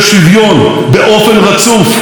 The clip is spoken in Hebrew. בלמנו את עליית מחירי הדירות,